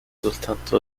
soltanto